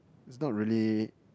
is not really